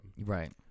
Right